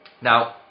Now